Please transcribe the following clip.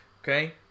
Okay